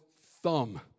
thumb